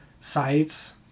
sites